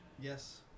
Yes